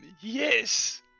yes